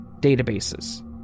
databases